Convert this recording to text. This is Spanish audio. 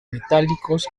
metálicos